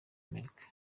amerika